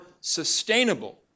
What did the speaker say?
sustainable